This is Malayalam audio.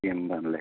എൻപത് ല്ലേ